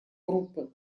группы